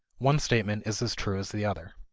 one statement is as true as the other.